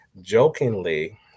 jokingly